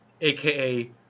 aka